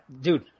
dude